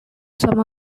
some